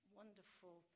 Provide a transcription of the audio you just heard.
wonderful